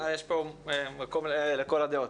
יש פה מקום לכל הדעות.